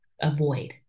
avoid